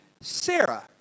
Sarah